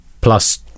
Plus